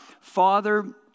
Father